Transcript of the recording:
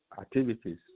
activities